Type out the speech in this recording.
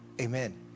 Amen